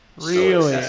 really,